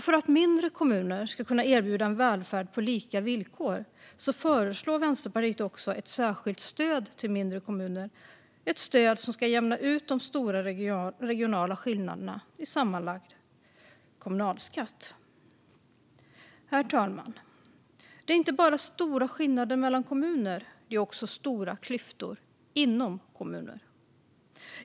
För att mindre kommuner ska kunna erbjuda en välfärd på lika villkor föreslår Vänsterpartiet ett särskilt stöd till mindre kommuner - ett stöd som ska jämna ut de stora regionala skillnaderna i sammanlagd kommunalskatt. Herr talman! Det är inte bara stora skillnader mellan kommuner; det är också stora klyftor inom kommuner.